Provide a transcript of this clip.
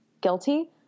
guilty